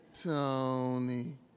Tony